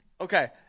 Okay